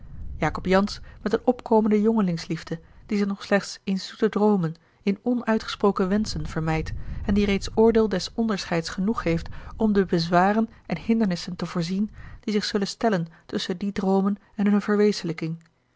jacob jansz met een opkomende jongelingsliefde die zich nog slechts in zoete droomen in onuitgesproken wenschen vermeidt en die reeds oordeel des onderscheids genoeg heeft om de bezwaren en hindernissen te voorzien die zich zullen stellen tusschen die droomen en hunne verwezenlijking